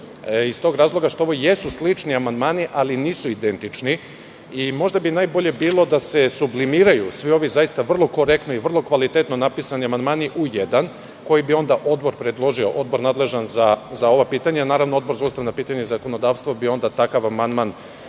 iz tog razloga što ovo jesu slični amandmani, ali nisu identični i možda bi najbolje bilo da se sublimiraju svi ovi zaista vrlo korektni i vrlo kvalitetno napisani amandmani u jedan, koji bi onda odbor predložio, odbor nadležan za ova pitanja. Naravno, Odbor za ustavna pitanja i zakonodavstvo bi onda takav amandman,